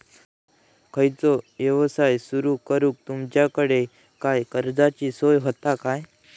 खयचो यवसाय सुरू करूक तुमच्याकडे काय कर्जाची सोय होता काय?